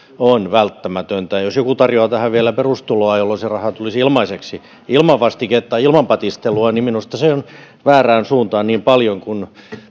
on välttämätöntä jos joku tarjoaa tähän vielä perustuloa jolloin se raha tulisi ilmaiseksi ilman vastiketta ilman patistelua niin minusta se on väärään suuntaan niin paljon kuin